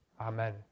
Amen